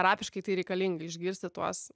terapiškai tai reikalinga išgirsti tuos